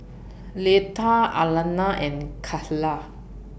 Leatha Alannah and Kayla